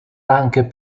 anche